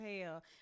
hell